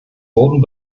wurden